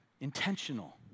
intentional